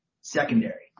secondary